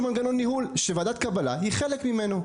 מנגנון ניהול שוועדת קבלה היא חלק ממנו,